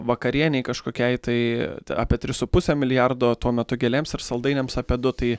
vakarienei kažkokiai tai apie tris su puse milijardo tuo metu gėlėms ir saldainiams apie du tai